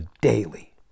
daily